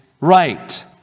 right